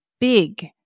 big